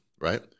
right